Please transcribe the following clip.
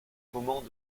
moments